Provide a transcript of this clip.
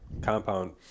compound